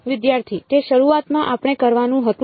વિદ્યાર્થી તે શરૂઆતમાં આપણે કરવાનું હતું